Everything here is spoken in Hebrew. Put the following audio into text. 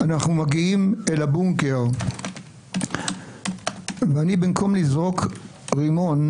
אנו מגיעים לבונקר ובמקום לזרוק רימון,